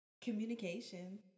Communication